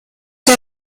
der